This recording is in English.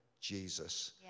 Jesus